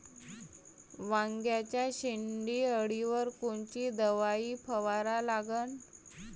वांग्याच्या शेंडी अळीवर कोनची दवाई फवारा लागन?